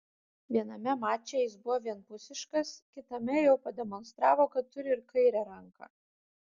viename mače jis buvo vienpusiškas kitame jau pademonstravo kad turi ir kairę ranką